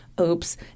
oops